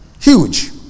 Huge